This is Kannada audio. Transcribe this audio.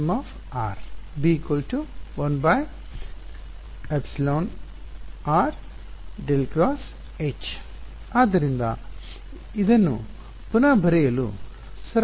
→→ A Tm B→ 1 ∇× H→ ಆದ್ದರಿಂದ ಇದನ್ನು ಪುನಃ ಬರೆಯಲು ಸರಳ ಮಾರ್ಗವಿದೆ